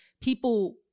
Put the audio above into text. people